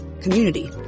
community